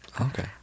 okay